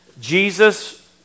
Jesus